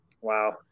wow